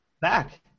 Back